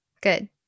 Good